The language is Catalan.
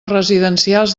residencials